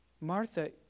Martha